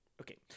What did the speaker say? Okay